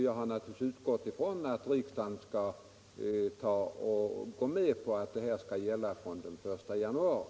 Jag har naturligtvis utgått från att riksdagen skall gå med på att beslutet skall gälla från den 1 januari.